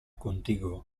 contigo